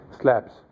slabs